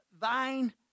thine